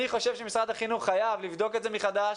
אני חושב שמשרד החינוך צריך לבדוק זאת מחדש,